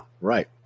right